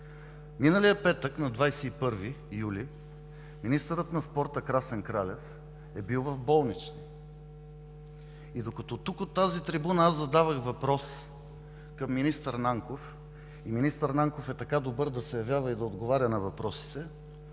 миналия петък, на 21 юли, министърът на спорта Красен Кралев е бил в болнични и, докато тук, от тази трибуна, аз задавах въпрос към министър Нанков, и министър Нанков е така добър да се явява и да отговаря на въпросите,